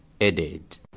added